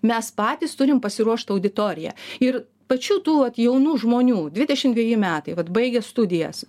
mes patys turim pasiruošt auditoriją ir pačių tų jaunų žmonių dvidešim dveji metai vat baigę studijas